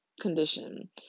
condition